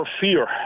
fear